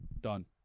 done